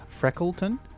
Freckleton